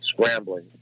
scrambling